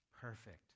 Perfect